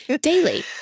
daily